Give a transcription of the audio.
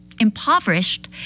impoverished